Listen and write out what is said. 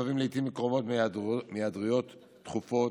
הנובעים לעיתים קרובות מהיעדרויות תכופות,